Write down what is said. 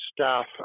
staff